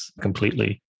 completely